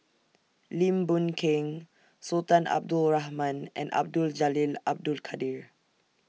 Lim Boon Keng Sultan Abdul Rahman and Abdul Jalil Abdul Kadir